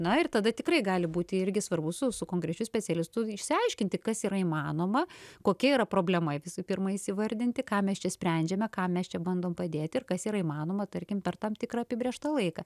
na ir tada tikrai gali būti irgi svarbu su su konkrečiu specialistu išsiaiškinti kas yra įmanoma kokia yra problema visų pirma įvardinti ką mes čia sprendžiame ką mes čia bandom padėti ir kas yra įmanoma tarkim per tam tikrą apibrėžtą laiką